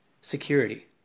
security